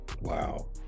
Wow